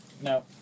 No